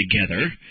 together